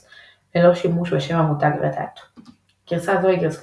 ללא שימוש בשם המותג Red Hat. גרסה זאת היא גרסת